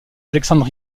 alexandre